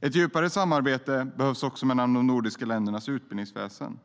Ett djupare samarbete behövs också mellan de nordiska ländernas utbildningsväsenden.